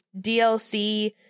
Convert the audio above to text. DLC